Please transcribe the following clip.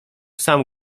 sam